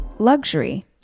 Luxury